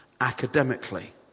academically